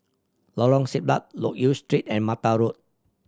Lorong Siglap Loke Yew Street and Mata Road